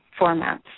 formats